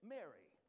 Mary